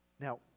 Now